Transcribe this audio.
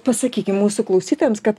pasakyki mūsų klausytojams kad